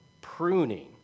pruning